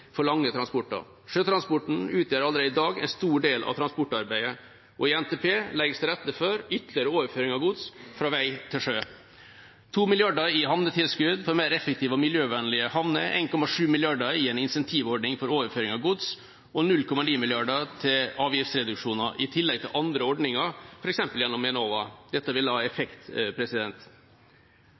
for lange transporter. Sjøtransporten utgjør allerede i dag en stor del av transportarbeidet, og i NTP legges det til rette for ytterligere overføring av gods fra vei til sjø: 2 mrd. kr i havnetilskudd for mer effektive og miljøvennlige havner 1,7 mrd. kr i en incentivordning for overføring av gods 0,9 mrd. kr til avgiftsreduksjoner Dette kommer i tillegg til andre ordninger, f.eks. gjennom Enova. Dette vil ha effekt.